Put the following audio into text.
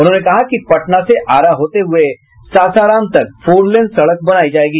उन्होंने कहा कि पटना से आरा होते हुये सासाराम तक फोर लेन सड़क बनायी जायेगी